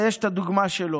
יש את הדוגמה שלו.